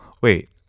Wait